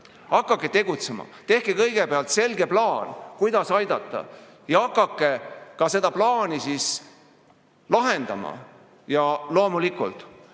hakake tegutsema! Tehke kõigepealt selge plaan, kuidas aidata, ja hakake ka seda plaani ellu viima. Ja loomulikult,